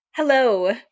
Hello